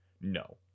no